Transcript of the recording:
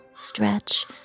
stretch